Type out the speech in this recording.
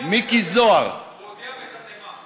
מיקי זוהר, הוא הודיע בתדהמה.